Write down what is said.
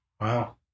wow